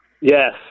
Yes